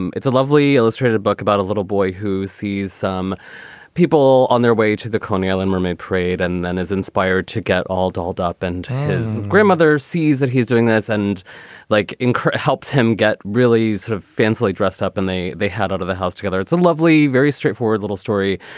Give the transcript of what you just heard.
it's a lovely, illustrated book about a little boy who sees some people on their way to the coney island mermaid parade and then is inspired to get all dolled up. and his grandmother sees that he's doing this and like it helps him get really sort of fancy dress up. and they they had out of the house together. it's a lovely, very straightforward little story,